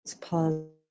pause